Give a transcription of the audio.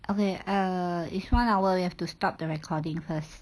okay err it's one hour you have to stop the recording first